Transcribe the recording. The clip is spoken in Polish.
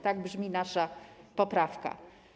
Tak brzmi nasza poprawka.